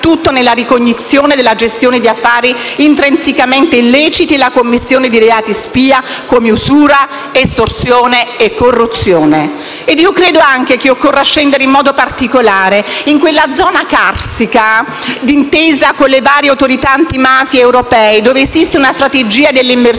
nella ricognizione della gestione di affari intrinsecamente illeciti e la commissione di reati spia come usura, estorsione e corruzione. Credo anche che occorra scendere in modo particolare in quella "zona carsica", d'intesa con le varie autorità antimafia europee, dove esiste una strategia dell'immersione